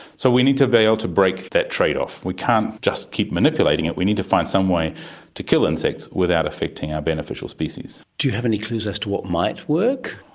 so we need to be able to break that trade-off, we can't just keep manipulating it, we need to find some way to kill insects without affecting our beneficial species. do you have any clues as to what might work?